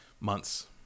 months